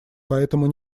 потому